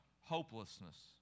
hopelessness